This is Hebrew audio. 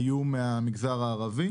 היו מהמגזר הערבי.